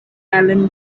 alan